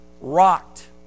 rocked